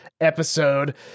episode